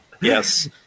Yes